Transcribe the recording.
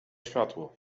światło